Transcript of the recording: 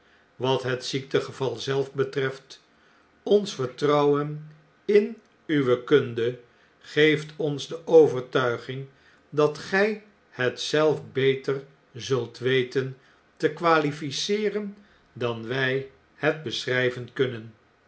wat het ziektegeval zelf betreft ons vertrouwen in uwe kunde geeft ons de overtuiging dat gg het zelf beter zult weten te qualificeeren dan wij het beschrijven kunnen